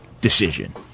decision